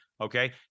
Okay